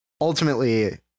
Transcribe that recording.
ultimately